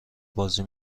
بازی